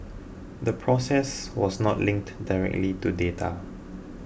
the process was not linked directly to data